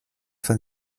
von